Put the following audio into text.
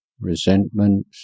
resentment